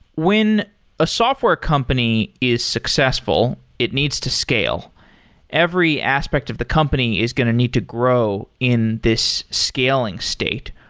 when a software company is successful, it needs to scale every aspect of the company is going to need to grow in this scaling state.